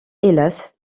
hélas